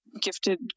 gifted